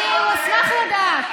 אני אשמח לדעת.